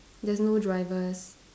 there's no drivers